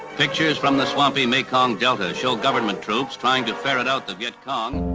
pictures from the swampy mekong delta show government troops trying to ferret out the vietcong.